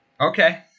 Okay